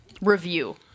Review